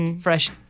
fresh